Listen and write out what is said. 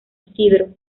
isidro